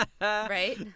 Right